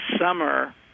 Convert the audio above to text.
summer